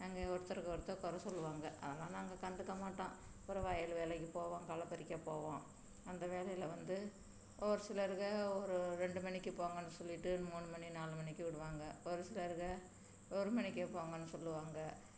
அங்கே ஒருத்தருக்கு ஒருத்தர் குற சொல்லுவாங்கள் அதெலாம் நாங்கள் கண்டுக்க மாட்டோம் அப்பறம் வயல் வேலைக்கு போவோம் களை பறிக்க போவோம் அந்த வேலையில வந்து ஒரு சிலருங்க ஒரு ரெண்டு மணிக்கு போங்கன்னு சொல்லிட்டு மூணு மணி நாலு மணிக்கு விடுவாங்க ஒரு சிலருங்க ஒரு மணிக்கே போங்கன்னு சொல்லுவாங்கள்